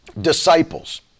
disciples